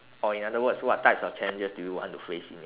or in other words what types of challenges do you want to face in your work